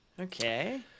okay